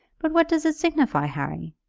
but what does it signify, harry?